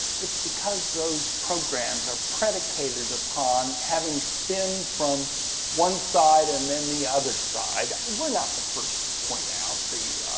it's because those programs are predicated upon having spin from one side and then the other side. we're not the first to point out the,